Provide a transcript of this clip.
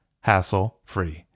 hassle-free